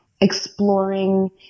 exploring